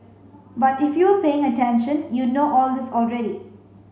but if you were paying attention you'd know all this already